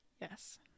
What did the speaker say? Yes